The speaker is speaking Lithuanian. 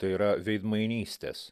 tai yra veidmainystės